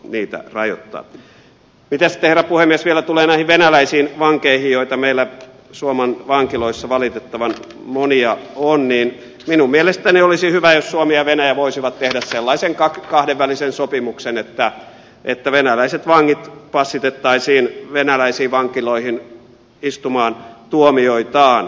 mitä sitten herra puhemies vielä tulee näihin venäläisiin vankeihin joita meillä suomen vankiloissa valitettavan monia on niin minun mielestäni olisi hyvä jos suomi ja venäjä voisivat tehdä sellaisen kahdenvälisen sopimuksen että venäläiset vangit passitettaisiin venäläisiin vankiloihin istumaan tuomioitaan